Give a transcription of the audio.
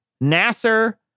Nasser